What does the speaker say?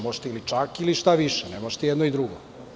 Možete ili čak ili šta više, ne možete i jedno i drugo.